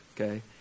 Okay